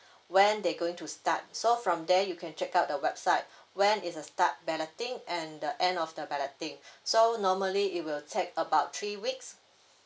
when they going to start so from there you can check out the website when is the start balloting and the end of the balloting so normally it will take about three weeks